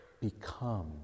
become